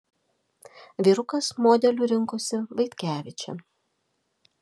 vyrukas modeliu rinkosi vaitkevičę